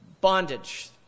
bondage